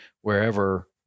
wherever